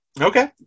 okay